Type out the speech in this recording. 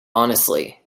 honestly